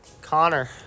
Connor